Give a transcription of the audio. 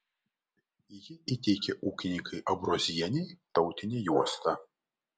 ji įteikė ūkininkei ambrozienei tautinę juostą